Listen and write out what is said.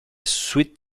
sweet